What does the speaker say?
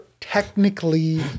technically